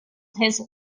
his